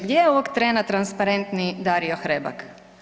Gdje je ovog trena transparentniji Dario Hrebak?